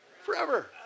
forever